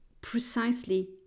precisely